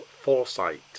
foresight